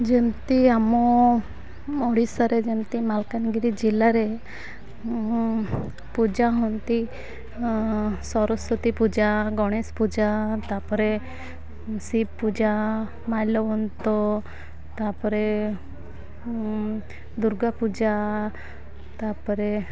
ଯେମିତି ଆମ ଓଡ଼ିଶାରେ ଯେମିତି ମାଲକାନଗିରି ଜିଲ୍ଲାରେ ପୂଜା ହୁଅନ୍ତି ସରସ୍ଵତୀ ପୂଜା ଗଣେଶ ପୂଜା ତା'ପରେ ଶିବ ପୂଜା ମାଲବନ୍ତ ତା'ପରେ ଦୁର୍ଗା ପୂଜା ତା'ପରେ